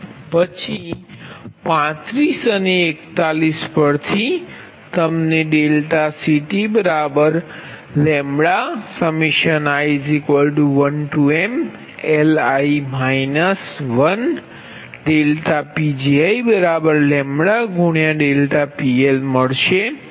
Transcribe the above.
પછી 35 અને 41 પરથી તમને ∆CT λi 1mLi 1∆Pgi λ ∆PL મળશે